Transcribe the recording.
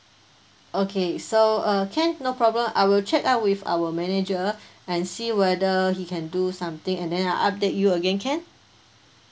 okay so uh can no problem I will check up with our manager and see whether he can do something and then I'll update you again can